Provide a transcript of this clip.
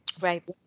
Right